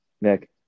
Nick